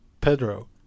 Pedro